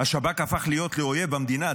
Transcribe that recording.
השב"כ הפך להיות אויב המדינה.